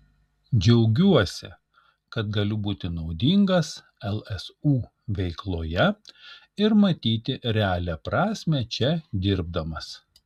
džiaugiuosi kad galiu būti naudingas lsu veikloje ir matyti realią prasmę čia dirbdamas